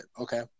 Okay